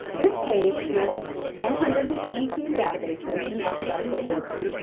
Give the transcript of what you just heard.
this page lists one hundred and seventeen databases in alphabetical order.